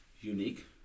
unique